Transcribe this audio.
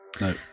No